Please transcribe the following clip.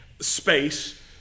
space